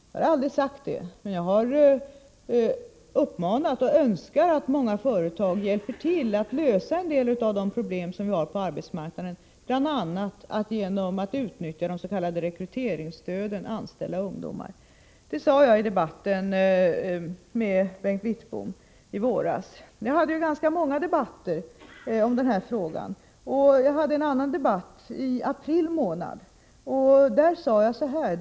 Jag har aldrig sagt detta, men jag har framfört uppmaningar och önskan om att många företag hjälper till att lösa de problem som vi har på arbetsmarknaden, bl.a. genom att anställa ungdomar med utnyttjande av des.k. rekryteringsstöden. Det sade jag i debatten med Bengt Wittbom i våras. Jag förde ganska många debatter om denna fråga. Jag hade en annan debatt i april månad med Lars-Ove Hagberg.